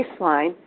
baseline